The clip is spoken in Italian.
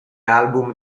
album